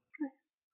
Nice